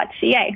ca